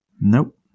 Nope